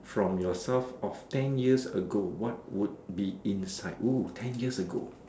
from yourself of ten years ago what would be inside oo ten years ago